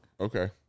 Okay